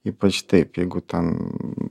ypač taip jeigu ten